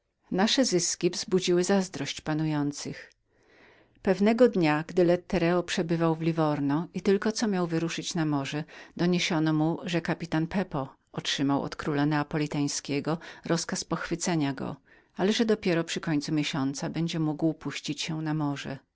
małą fabrykę cekinów i skudów pewnego dnia gdy lettereo był w liwurnie i tylko co miał wyruszyć na morze doniesiono mu że kapitan pepo otrzymał od króla neapolitańskiego rozkaz pochwycenia go że jednak dopiero przy końcu miesiąca będzie mógł puścić się na morze